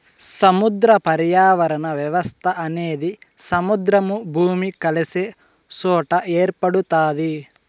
సముద్ర పర్యావరణ వ్యవస్థ అనేది సముద్రము, భూమి కలిసే సొట ఏర్పడుతాది